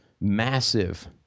massive